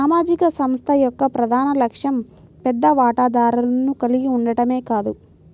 సామాజిక సంస్థ యొక్క ప్రధాన లక్ష్యం పెద్ద వాటాదారులను కలిగి ఉండటమే కాదు